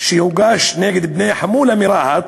שהוגש נגד בני חמולה מרהט